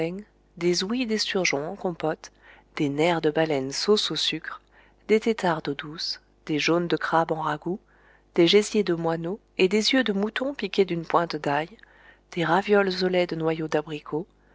des ouïes d'esturgeon en compote des nerfs de baleine sauce au sucre des têtards d'eau douce des jaunes de crabe en ragoût des gésiers de moineau et des yeux de mouton piqués d'une pointe d'ail des ravioles au lait de noyaux d'abricots